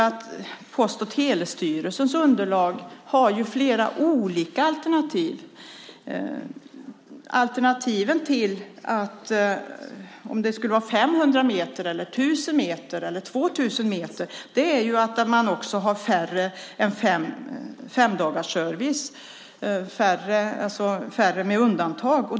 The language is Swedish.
I Post och telestyrelsens underlag finns flera olika alternativ. Alternativet om det skulle vara 500, 1 000 eller 2 000 meter till en brevlåda är att det blir en service som är sämre än en femdagarsservice med undantag.